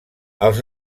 els